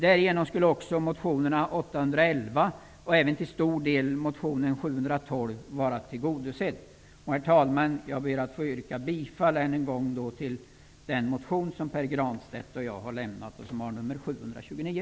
Därigenom skulle också motionskraven i motion A811 och till stor del även i motion A712 bli tillgodosedda. Herr talman! Jag ber att än en gång få yrka bifall till den motion som lämnats av Pär Granstedt och mig och som har nummer A729.